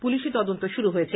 পুলিশি তদন্ত শুরু হয়েছে